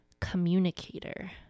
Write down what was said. communicator